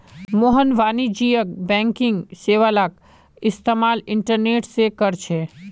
मोहन वाणिज्यिक बैंकिंग सेवालाक इस्तेमाल इंटरनेट से करछे